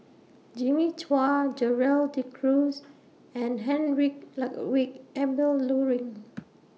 Jimmy Chua Gerald De Cruz and Heinrich Ludwig Emil Luering